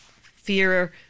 fear